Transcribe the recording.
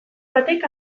batek